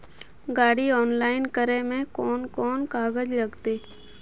गाड़ी ऑनलाइन करे में कौन कौन कागज लगते?